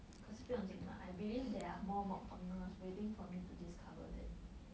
可是不用紧 lah I believe there are more mukbangers waiting for me to discover them